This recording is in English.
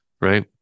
right